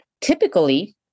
Typically